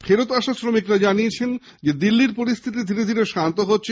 ফেরত আসা শ্রমিকরা জানিয়েছেন দিল্লীর অবস্থা ধীরে ধীরে শান্ত হচ্ছে